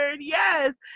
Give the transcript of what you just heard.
Yes